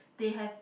they have